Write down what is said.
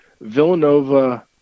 Villanova